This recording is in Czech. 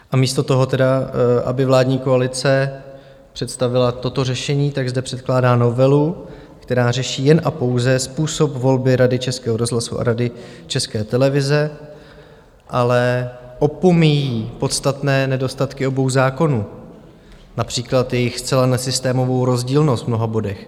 A místo toho tedy, aby vládní koalice představila toto řešení, tak zde předkládá novelu, která řeší jen a pouze způsob volby Rady Českého rozhlasu a Rady České televize, ale opomíjí podstatné nedostatky obou zákonů, například jejich zcela nesystémovou rozdílnost v mnoha bodech.